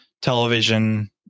television